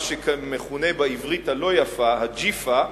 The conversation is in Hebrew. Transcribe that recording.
מה שמכונה בעברית הלא-יפה "הגי'פה"